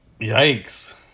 Yikes